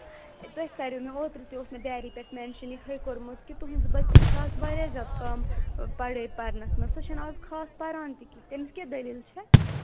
A تۄہہِ کَرے مےٚ اوترٕ تہِ اوس ڈیری پٮ۪ٹھ مینشَن یِہٕے کوٚرمُت کہ تُہٕنٛز بٔچی چھَ آز واریاہ زیادٕ کم پڑے پَرنَس منٛز سۄ چھَنہٕ آز خاص پَران تہِ کِہیٖنۍ تٔمِس کیاہ دٔلیٖل چھےٚ